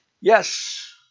Yes